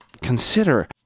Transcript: consider